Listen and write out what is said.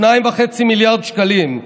2.5 מיליארד שקלים.